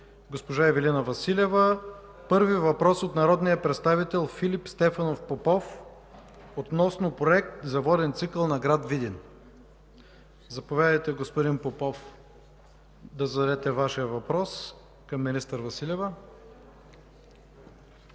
госпожа Ивелина Василева. Първият въпрос е от народния представител Филип Стефанов Попов относно Проект за воден цикъл на град Видин. Заповядайте, господин Попов, да зададете Вашия въпрос към министър Василева.